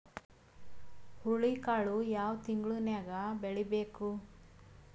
ಹುರುಳಿಕಾಳು ಯಾವ ತಿಂಗಳು ನ್ಯಾಗ್ ಬೆಳಿಬೇಕು?